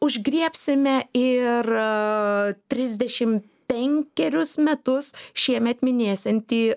užgriebsime ir trisdešimt penkerius metus šiemet minėsiantį